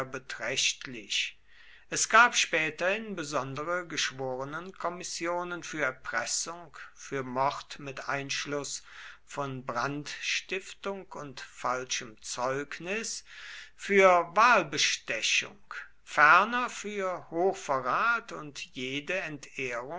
beträchtlich es gab späterhin besondere geschworenenkommissionen für erpressung für mord mit einschluß von brandstiftung und falschem zeugnis für wahlbestechung ferner für hochverrat und jede